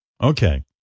Okay